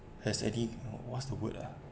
has added what's the word ah